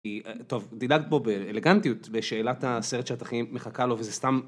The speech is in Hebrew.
טוב דילגת פה באלגנטיות בשאלת הסרט שהתכנית מחכה לו וזה סתם.